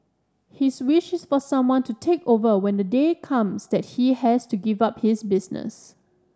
his wish is for someone to take over when the day comes that he has to give up his business